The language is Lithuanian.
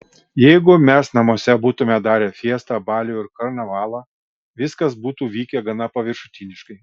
jeigu mes namuose būtumėme darę fiestą balių ir karnavalą viskas būtų vykę gana paviršutiniškai